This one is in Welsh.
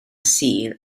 sul